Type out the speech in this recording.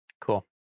Cool